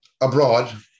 abroad